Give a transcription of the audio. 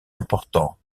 important